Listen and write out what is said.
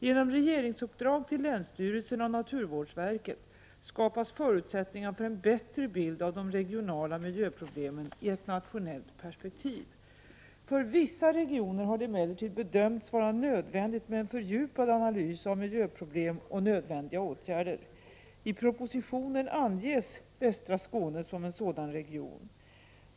Genom regeringsuppdrag till länsstyrelserna och naturvårdsverket skapas förutsättningar för en bättre bild av de regionala miljöproblemen i ett nationellt perspektiv. För vissa regioner har det emellertid bedömts vara nödvändigt med en fördjupad analys av miljöproblem och nödvändiga åtgärder. I propositionen anges västra Skåne som en sådan region.